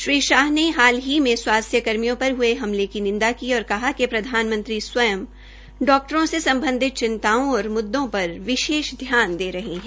श्री शाह ने हाल की में स्वास्थ्य कर्मियों पर हये हमलों की निंदा की और कहा कि प्रधानमंत्री स्वयं डॉक्टरों से सम्बधित चिंताओं और मुद्दों पर विशेष ध्यान दे रहे है